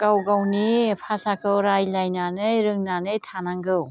गाव गावनि भाषाखौ रायलायनानै रोंनानै थानांगौ